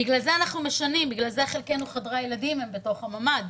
בגלל זה אצל חלקנו חדרי הילדים הם בתוך הממ"ד,